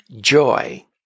joy